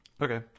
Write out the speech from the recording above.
Okay